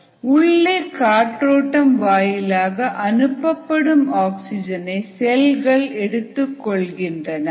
உள்ளே காற்றோட்டம் வாயிலாக அனுப்பப்படும் ஆக்சிஜனை செல்கள் எடுத்துக்கொள்கின்றன